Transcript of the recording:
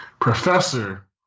professor